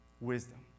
wisdom